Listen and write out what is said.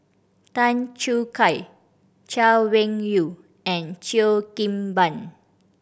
Tan Choo Kai Chay Weng Yew and Cheo Kim Ban